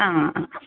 ആ അ ആ